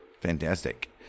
Fantastic